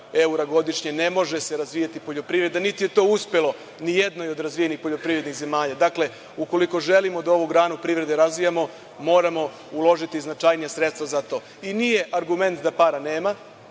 evra godišnje ne može se razvijati poljoprivreda, niti je to uspelo i jednoj od razvijenih poljoprivrednih zemalja. Dakle, ukoliko želimo da ovu granu poljoprivrede razvijamo, moramo uložiti značajnija sredstva za to. Nije argument da para nema.